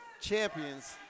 Champions